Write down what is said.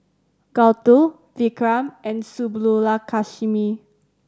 Gouthu Vikram and Subbulakshmi